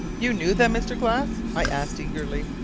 you knew them, mr. glass? i asked eagerly.